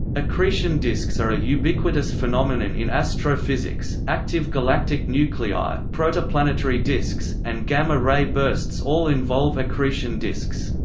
accretion disks are a ubiquitous phenomenon in astrophysics active galactic nuclei, protoplanetary disks, and gamma ray bursts all involve accretion disks.